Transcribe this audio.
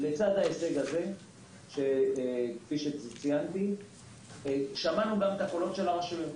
ולצידו שמענו גם את הקולות של הרשויות.